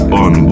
on